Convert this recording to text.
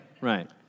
right